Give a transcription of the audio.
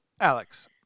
Alex